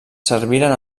serviren